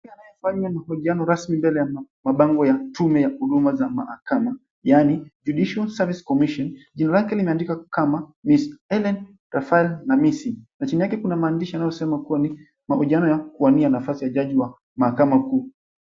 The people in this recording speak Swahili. Anayefanya mahojiano rasmi mbele ya mabango ya tume ya huduma za mahakama yaani, Judicial Service Commision jina lake limeandikwa kama, Miss Hellen Rafael Namisi na chini yake kuna maandishi yanayosema kua ni mahojiano ya kuwania nafasi ya jaji wa mahakama kuu.